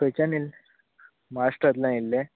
खंयच्यान येल्ले महाराष्ट्रांतल्यान येल्ले